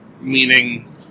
meaning